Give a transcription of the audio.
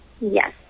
Yes